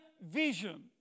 vision